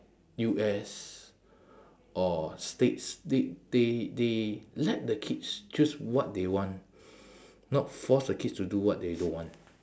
U_S or states they they they let the kids choose what they want not force the kids do what they don't want